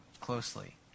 closely